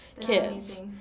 kids